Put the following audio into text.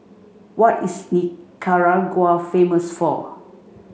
what is Nicaragua famous for